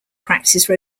practice